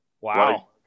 Wow